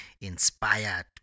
inspired